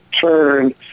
turn